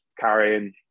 carrying